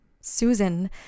Susan